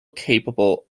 capable